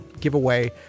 giveaway